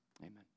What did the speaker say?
amen